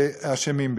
אשמים בכך.